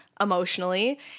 emotionally